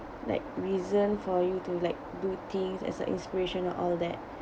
like reason for you to like do things as an inspiration and all that